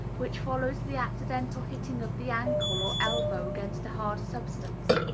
which follows the accidental hitting of the ankle or elbow against a hard substance.